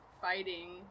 fighting